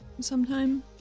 sometime